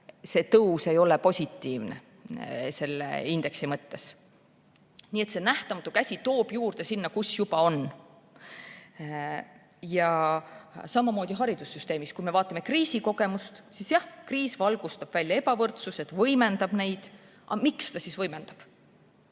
mõttes ei ole positiivne. Nii et nähtamatu käsi toob juurde sinna, kus juba on. Samamoodi on haridussüsteemis. Kui me vaatame kriisikogemust, siis jah, kriis valgustab välja ebavõrdsused, võimendab neid. Aga miks ta võimendab?